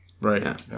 Right